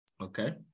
Okay